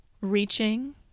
reaching